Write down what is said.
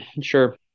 Sure